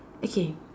okay